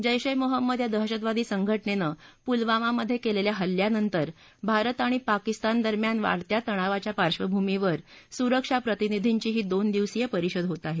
जेश ए मोहम्मद या दहशतवादी संघ उनं पुलवामामध्ये केलेल्या इल्ल्यानंतर भारत आणि पाकिस्तान दरम्यान वाढत्या तणावाच्या पार्श्वभूमीवर सुरक्षा प्रतिनिधींची ही दोन दिवसीय परिषद होत आहे